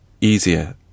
easier